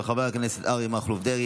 של חבר הכנסת אריה מכלוף דרעי.